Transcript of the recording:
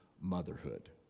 motherhood